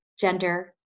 gender